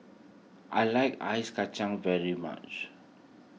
I like Ice Kachang very much